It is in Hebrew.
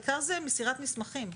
העיקר זה מסירת מסמכים.